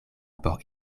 por